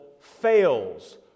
fails